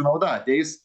nauda ateis